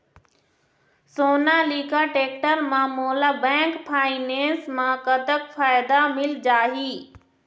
Sonalika tractor म मोला bank finance म कतक फायदा मिल जाही?